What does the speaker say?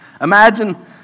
Imagine